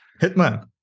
hitman